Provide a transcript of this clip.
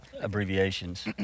abbreviations